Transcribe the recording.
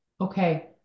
okay